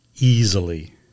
easily